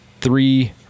three